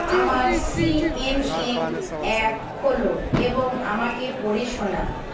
আমার CNN app খোলো এবং আমাকে পড়ে শোনাও